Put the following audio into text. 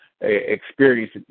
experience